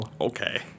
Okay